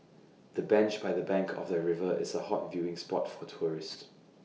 the bench by the bank of the river is A hot viewing spot for tourists